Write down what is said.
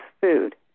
food